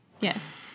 Yes